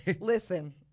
Listen